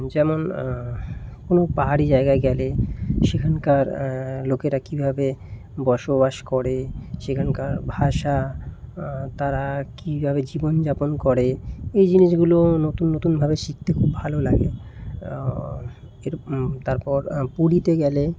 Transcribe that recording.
যেমন কোনো পাহাড়ি জায়গায় গেলে সেখানকার লোকেরা কীভাবে বসবাস করে সেখানকার ভাষা তারা কীভাবে জীবন যাপন করে এই জিনিসগুলো নতুন নতুনভাবে শিখতে খুব ভালো লাগে এর তারপর পুরীতে গেলে